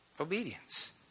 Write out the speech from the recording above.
Obedience